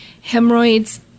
hemorrhoids